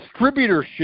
distributorship